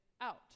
out